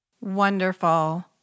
Wonderful